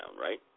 right